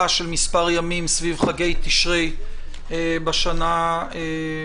של מספר ימים סביב חגי תשרי בשנה הזאת,